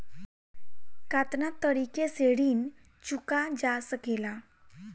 कातना तरीके से ऋण चुका जा सेकला?